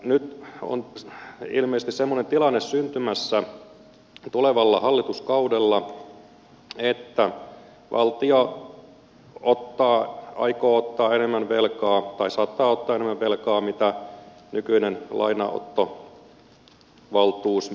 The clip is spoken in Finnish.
nyt on ilmeisesti semmoinen tilanne syntymässä tulevalla hallituskaudella että valtio aikoo ottaa enemmän velkaa tai saattaa ottaa enemmän velkaa kuin mitä nykyinen lainanottovaltuus myöntäisi